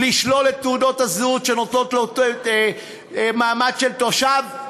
לשלול את תעודות הזהות שנותנות מעמד של תושב,